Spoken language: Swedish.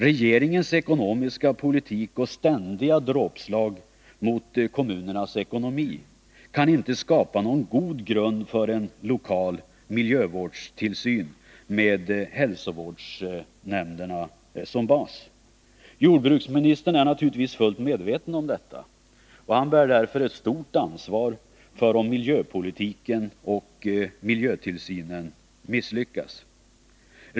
Regeringens ekonomiska politik och ständiga dråpslag mot kommunernas ekonomi kan inte skapa någon god grund för en lokal miljövårdstillsyn med hälsovårdsnämnderna som bas. Jordbruksministern är naturligtvis fullt medveten om detta. Han bär därför ett stort ansvar om miljöpolitiken och miljötillsynen misslyckas.